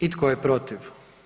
I tko je protiv?